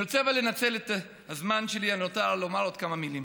אבל אני רוצה לנצל את הזמן הנותר שלי לומר עוד כמה מילים.